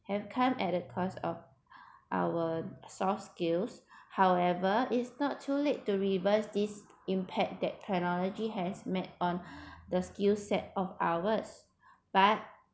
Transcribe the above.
have come at across of our soft skills however is not too late to reverse this impact that technology has met on the skill set of ours but